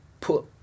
put